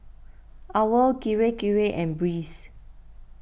Owl Kirei Kirei and Breeze